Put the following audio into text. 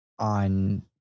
on